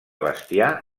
bestiar